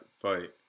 fight